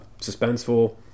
suspenseful